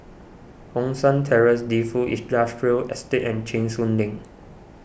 Hong San Terrace Defu Industrial Estate and Cheng Soon Lane